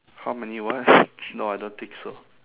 how many what no I don't think so